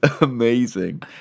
amazing